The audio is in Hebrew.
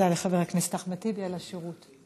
תודה לחבר הכנסת אחמד טיבי על השירות.